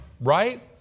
right